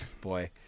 Boy